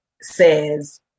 says